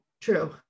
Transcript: True